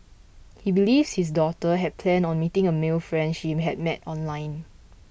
he believes his daughter had planned on meeting a male friend she had met online